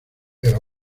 pero